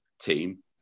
team